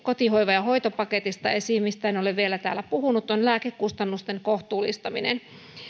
kotihoiva ja hoitopaketista se mistä en ole vielä puhunut on lääkekustannusten kohtuullistaminen